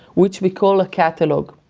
which we call a catalog.